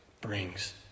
brings